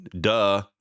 Duh